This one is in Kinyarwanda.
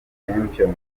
champions